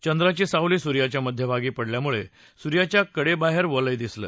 चंद्राची सावली सूर्याच्या मध्यभागी पडल्यामुळे सूर्याच्या कडेबाहेर वलय दिसलं